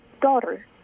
daughter